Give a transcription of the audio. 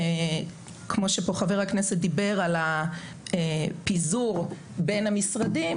כמו שפה חבר הכנסת דיבר על הפיזור בין המשרדים,